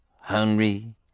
Henry